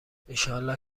ایشالله